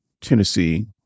Tennessee